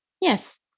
yes